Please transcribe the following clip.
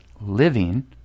living